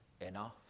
enough